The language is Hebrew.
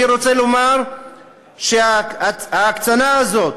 אני רוצה לומר שההקצנה הזאת